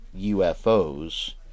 UFOs